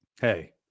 hey